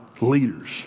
leaders